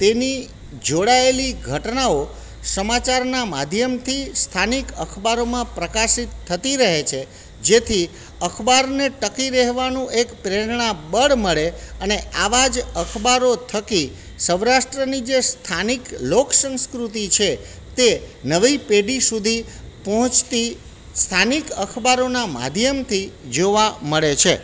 તેની જોડાયેલી ઘટનાઓ સમચારના માધ્યમથી સ્થાનિક અખબારોમાં પ્રકાશિત થતી રહે છે જેથી અખબારને ટકી રહેવાનું એક પ્રેરણાબળ મળે અને આવાજ અખબારો થકી સૌરાષ્ટ્રની જે સ્થાનિક લોકસંસ્કૃતિ છે તે નવી પેઢી સુધી પહોંચતી સ્થાનિક અખબારોના માધ્યમથી જોવા મળે છે